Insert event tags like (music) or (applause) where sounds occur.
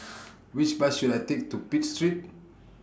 (noise) Which Bus should I Take to Pitt Street